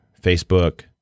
Facebook